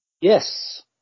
Yes